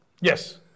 Yes